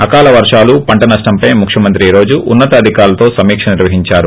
అకాల వర్షాలు పంట నష్లంపై ముఖ్యమంత్రి ఈ రోజు ఉన్నతాధికారులతో సమీక నిర్వహించారు